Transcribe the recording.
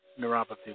Neuropathy